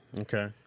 Okay